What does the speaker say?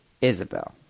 Isabel